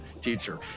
teacher